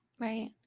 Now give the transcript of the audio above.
Right